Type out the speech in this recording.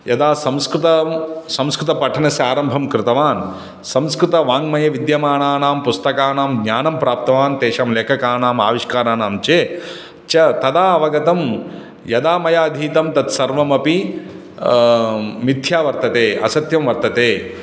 यदा संस्कृतं संस्कृतपठनस्य आरम्भं कृतवान् संस्कृतवाङ्मये विद्यमानानां पुस्तकानां ज्ञानं प्राप्तवान् तेषां लेखकानाम् आविष्काराणां च च तदा अवगतं यदा मया अधीतं तत् सर्वमपि मिथ्या वर्तते असत्यं वर्तते